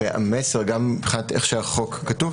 והמסר גם מבחינת איך שהחוק כתוב,